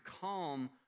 calm